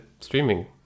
streaming